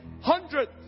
hundred